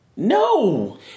No